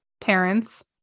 parents